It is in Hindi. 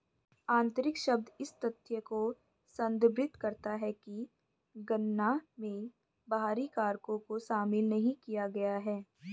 आंतरिक शब्द इस तथ्य को संदर्भित करता है कि गणना में बाहरी कारकों को शामिल नहीं किया गया है